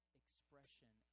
expression